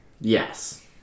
Yes